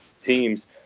teams